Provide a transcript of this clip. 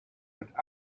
but